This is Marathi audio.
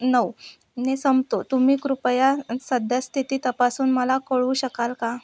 नऊ ने संपतो तुम्ही कृपया सद्यस्थिती तपासून मला कळवू शकाल का